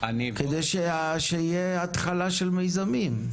כדי שתהיה התחלה של מיזמים.